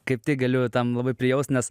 kaip tik galiu tam labai prijaust nes